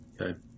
okay